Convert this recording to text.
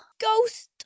ghost